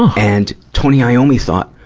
and, tony iommi thought,